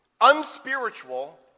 unspiritual